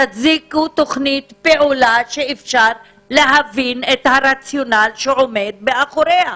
תציגו תכנית פעולה שאפשר להבין את הרציונל שעומד מאחוריה.